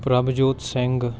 Prabhjot Singh